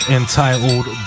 entitled